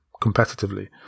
competitively